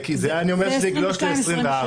אני אומר שזה יגלוש ל-2024.